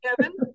Kevin